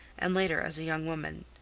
and later as a young woman.